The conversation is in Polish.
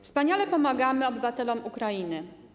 Wspaniale pomagamy obywatelom Ukrainy.